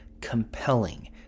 compelling